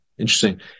Interesting